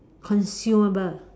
consumable